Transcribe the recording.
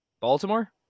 Baltimore